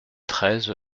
treize